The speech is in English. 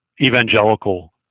evangelical